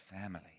family